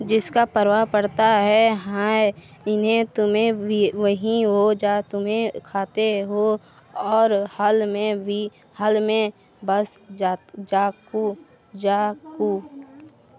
जिसका प्रभाव पड़ता है है इन्हें तुम्हें भी वहीं हो जा तुम्हें खाते हो और हल में भी हल में बस जा जाको जा को